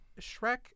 Shrek